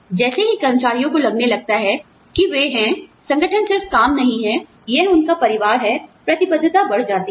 जैसे ही कर्मचारियों को लगने लगता है कि वे हैं संगठन सिर्फ काम नहीं है यह उनका परिवार है प्रतिबद्धता बढ़ जाती है